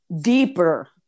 deeper